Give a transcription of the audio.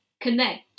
connect